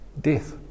Death